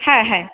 হ্যাঁ হ্যাঁ